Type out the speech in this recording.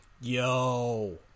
Yo